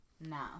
No